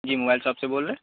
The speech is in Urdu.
جی موبائل شاپ سے بول رہے ہیں